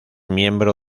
miembro